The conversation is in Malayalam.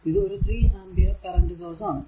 ഇത് ഒരു 3 ആമ്പിയർ കറന്റ് സോഴ്സ് ആണ്